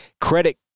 credit